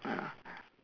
ah